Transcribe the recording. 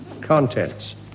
Contents